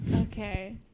Okay